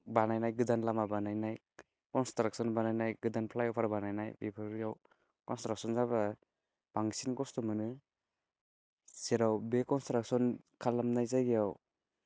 बानायनाय गोदान लामा बानायनाय कनस्ट्रक्शन बानायनाय गोदान फ्लाईअबार बानायनाय बेफोराव कनस्ट्रक्शन जाब्ला बांसिन खस्थ' मोनो जेराव बे कनस्ट्रक्शन खालामनाय जायगायाव